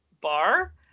bar